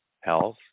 health